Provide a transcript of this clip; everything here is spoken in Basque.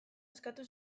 askatu